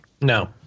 No